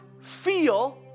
feel